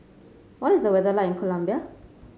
what is the weather like in Colombia